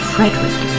Frederick